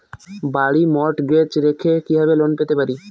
বাড়ি মর্টগেজ রেখে কিভাবে লোন পেতে পারি?